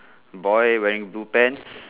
boy wearing blue pants